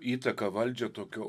įtaką valdžią tokią